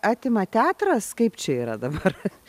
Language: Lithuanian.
atima teatras kaip čia yra dabar